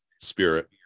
spirit